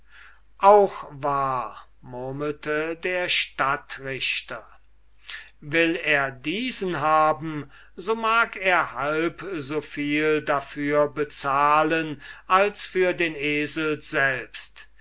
auch wahr murmelte der stadtrichter will er diesen haben so mag er halb so viel dafür bezahlen als für den esel selbst